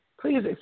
please